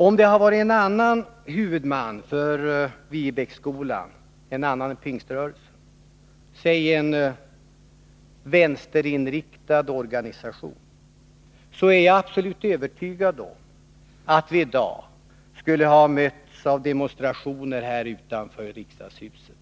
Om det hade varit en annan huvudman för Viebäcksskolan än Pingströrelsen —låt oss säga en vänsterinriktad organisation — är jag absolut övertygad om att vi i dag skulle ha mötts av demonstrationer här utanför riksdagshuset.